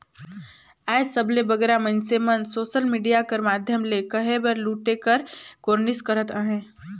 आएज सबले बगरा मइनसे मन सोसल मिडिया कर माध्यम ले कहे बर लूटे कर कोरनिस करत अहें